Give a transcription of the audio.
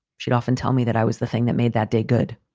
she'd often tell me that i was the thing that made that day good.